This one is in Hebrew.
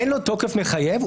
אין לו תוקף מחייב,